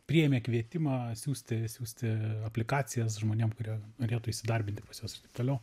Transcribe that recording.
priėmė kvietimą siųsti siųsti aplikacijas žmonėm kurie norėtų įsidarbinti pas juos ir taip toliau